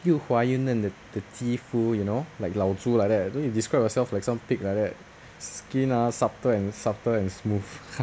又滑又嫩的的肌肤 you know like 老猪 like that don't need describe yourself like some pig like that skin ah subtle and subtle and smooth